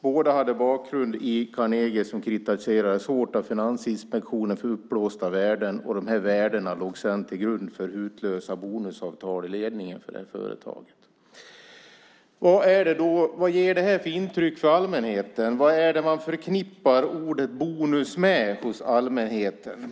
Båda hade bakgrund i Carnegie som kritiserades hårt av Finansinspektionen för uppblåsta värden, och de värdena låg sedan till grund för hutlösa bonusavtal i ledningen för företaget. Vad ger det här för intryck för allmänheten? Vad är det man förknippar ordet bonus med hos allmänheten?